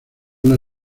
una